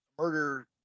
murder